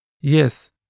Yes